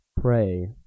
pray